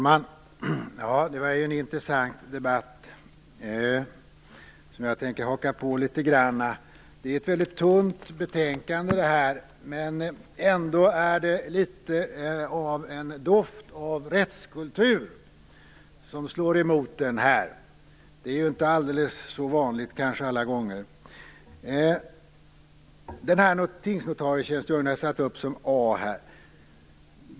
Herr talman! Det var en intressant debatt, och jag tänkte haka på den litet grand. Betänkandet är tunt, men ändå är det en liten doft av rättskultur som slår emot en. Det är inte alltid så vanligt. Jag har satt upp frågan om notarietjänstgöring som punkt A.